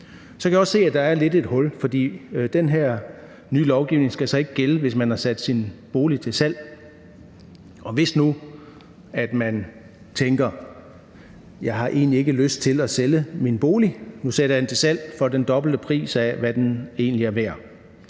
Så kan jeg også se, at der lidt er et hul, for den her nye lovgivning skal så ikke gælde, hvis man har sat sin bolig til salg. Og hvis nu man tænker, at man egentlig ikke har lyst til at sælge sin bolig, og sætter den til salg for den dobbelte pris af, hvad den egentlig er værd,